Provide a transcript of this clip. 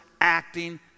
acting